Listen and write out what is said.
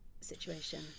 situation